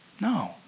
No